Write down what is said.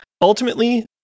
Ultimately